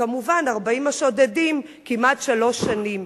וכמובן 40 השודדים, כמעט שלוש שנים.